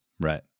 Right